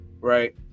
right